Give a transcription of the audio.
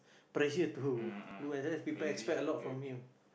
pressure to that's why people expect a lot from him